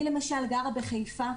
אני גרה בחיפה,